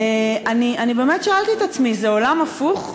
אני באמת שאלתי את עצמי: זה עולם הפוך?